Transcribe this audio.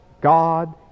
God